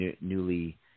newly